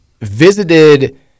visited